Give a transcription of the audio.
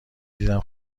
دیدم